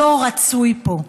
לא רצוי פה.